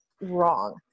wrong